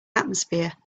atmosphere